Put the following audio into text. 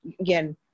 again